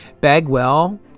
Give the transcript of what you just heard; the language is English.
Bagwell